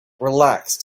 relaxed